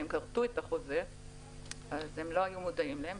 הם כרתו את החוזה הם לא היו מודעים אליהן.